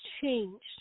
changed